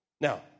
Now